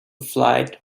flight